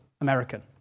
American